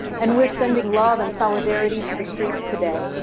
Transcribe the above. and we're sending love and solidarity to the streets today,